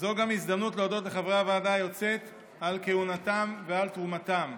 זו גם הזדמנות להודות לחברי הוועדה היוצאת על כהונתם ועל תרומתם.